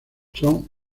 son